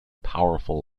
powerful